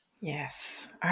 Yes